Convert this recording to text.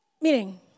Miren